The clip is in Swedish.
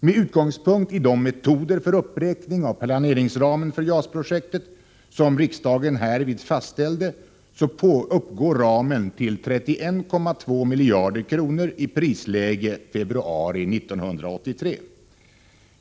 Med utgångspunkt i de metoder för uppräkning av planeringsramen för JAS projektet som riksdagen härvid fastställde uppgår ramen till 31,2 miljarder kronor i prisläge februari 1983.